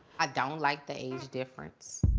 i don't like the age difference,